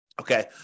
Okay